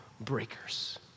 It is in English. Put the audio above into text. breakers